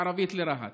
מערבית לרהט.